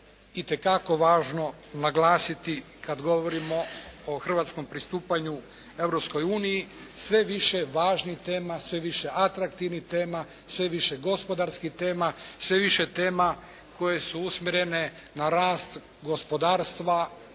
itekako važno naglasiti kada govorimo o Hrvatskom pristupanju Europskoj uniji. Sve više važnih tema, sve više atraktivnih tema, sve više gospodarskih tema, sve više tema koje su usmjerene na rast gospodarstva,